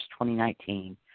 2019